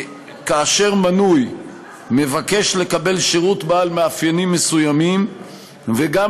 כאשר מנוי מבקש לקבל שירות בעל מאפיינים מסוימים וגם